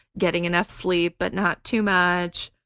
getting enough sleep but not too much.